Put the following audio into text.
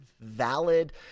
valid